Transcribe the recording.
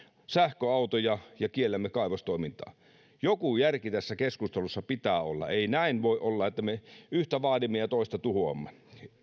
sähköautoja ja kiellämme kaivostoimintaa joku järki tässä keskustelussa pitää olla ei näin voi olla että me yhtä vaadimme ja toista tuhoamme